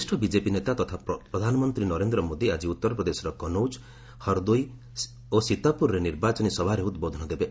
ବରିଷ୍ଠ ବିକେପି ନେତା ତଥା ପ୍ରଧାନମନ୍ତ୍ରୀ ନରେନ୍ଦ୍ର ମୋଦି ଆକି ଉତ୍ତର ପ୍ରଦେଶର କନୌକ ହର୍ଦୋଇ ଓ ସୀତାପୁରରେ ନିର୍ବାଚନୀ ସଭାରେ ଉଦ୍ବୋଧନ ଦେବେ